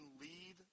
lead